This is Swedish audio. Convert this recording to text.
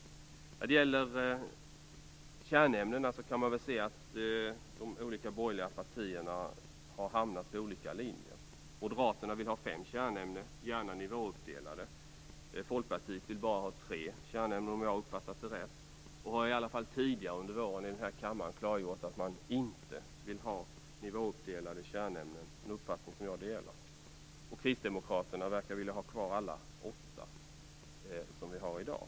När det gäller kärnämnena har de olika borgerliga partierna hamnat på olika linjer. Moderaterna vill ha fem kärnämnen, gärna nivåuppdelade. Folkpartiet vill bara ha tre kärnämnen, om jag har uppfattat det rätt, och har åtminstone tidigare under våren här i kammaren klargjort att man inte vill ha nivåuppdelade kärnämnen, en uppfattning som jag delar. Kristdemokraterna verkar vilja ha kvar alla de åtta som vi har i dag.